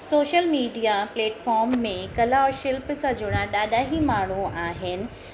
social media platform में कला औरि शिल्प सां जुड़ा ॾाढा ई माण्हू आहिनि